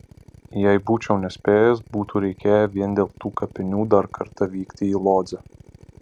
jei būčiau nespėjęs būtų reikėję vien dėl tų kapinių dar kartą vykti į lodzę